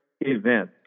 event